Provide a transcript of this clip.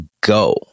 go